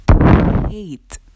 hate